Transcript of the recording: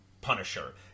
Punisher